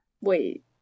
Wait